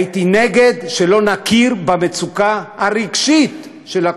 הייתי נגד זה שלא נכיר במצוקה הרגשית של,